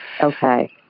Okay